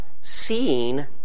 seeing